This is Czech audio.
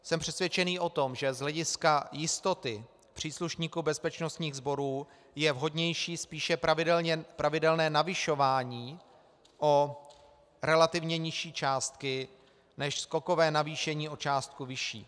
Jsem přesvědčený o tom, že z hlediska jistoty příslušníků bezpečnostních sborů je vhodnější spíše pravidelné navyšování o relativně nižší částky než skokové navýšení o částku vyšší.